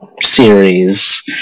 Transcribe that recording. series